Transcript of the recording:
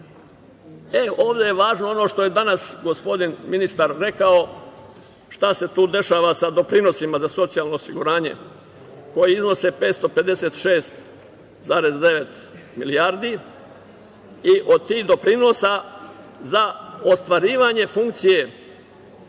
ovde je važno ono što je danas gospodin ministar rekao, šta se tu dešava sa doprinosima za socijalno osiguranje, koji iznose 556,9 milijardi i od tih doprinosa za ostvarivanje funkcije,